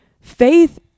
Faith